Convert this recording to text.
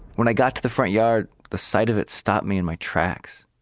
when i got to the front yard, the side of it stopped me in my tracks.